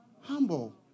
humble